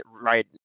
right